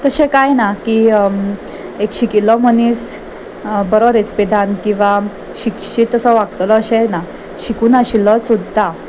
तशें कांय ना की एक शिकिल्लो मनीस बरो रेस्पेदान किंवां शिक्षीत असो वागतलो अशेंय ना शिकुनशिल्लो सुद्दां